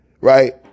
Right